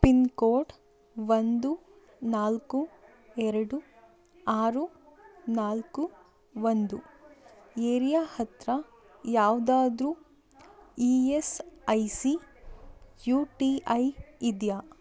pin code ಒಂದು ನಾಲ್ಕು ಎರಡು ಆರು ನಾಲ್ಕು ಒಂದು ಏರಿಯಾ ಹತ್ರ ಯಾವುದಾದ್ರು E S I C U T I ಇದೆಯೇ